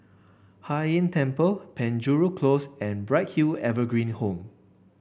Hai Inn Temple Penjuru Close and Bright Hill Evergreen Home